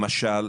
למשל,